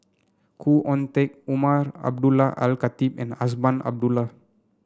Khoo Oon Teik Umar Abdullah Al Khatib and Azman Abdullah